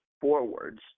forwards